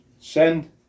send